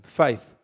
faith